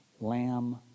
Lamb